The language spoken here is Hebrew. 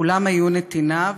כולם היו נתיניו,